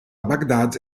baghdad